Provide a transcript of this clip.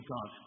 God